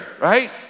right